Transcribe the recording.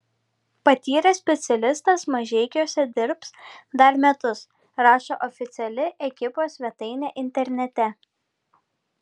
patyręs specialistas mažeikiuose dirbs dar metus rašo oficiali ekipos svetainė internete